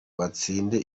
batsinde